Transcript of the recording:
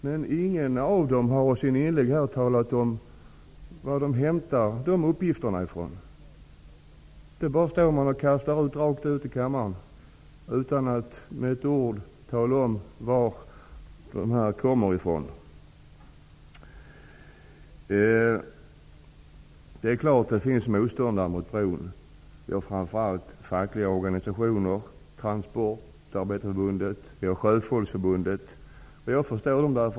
Men ingen av dem har här talat om varifrån de hämtar de uppgifterna. De står här i kammaren och kastar ur sig de uppgifterna utan att med ett ord tala om var de kommer ifrån. Det är klart att det finns motståndare till bron. Det är framför allt fackliga organisationer som Sjöfolksförbundet. Jag förstår dem.